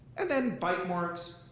and then, bite marks,